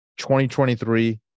2023